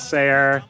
Sayer